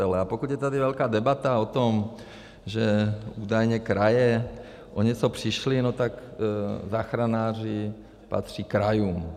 A pokud je tady velká debata o tom, že údajně kraje o něco přišly, no tak záchranáři patří krajům.